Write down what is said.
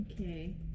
Okay